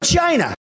China